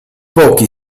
pochi